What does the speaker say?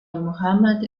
mohammad